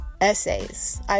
essays